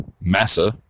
Massa